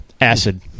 Acid